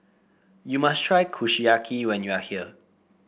you must try Kushiyaki when you are here